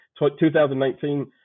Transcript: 2019